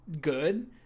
good